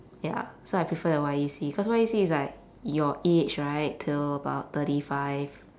ya so I prefer the Y_E_C because Y_E_C is like your age right till about thirty five